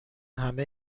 همه